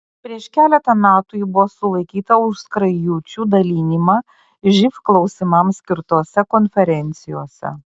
prieš keletą metų ji buvo sulaikyta už skrajučių dalinimą živ klausimams skirtose konferencijose